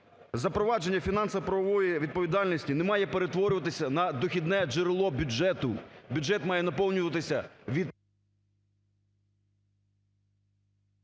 Запровадження фінансово-правової відповідальності не має перетворюватись на дохідне джерело бюджету. Бюджет має наповнюватись...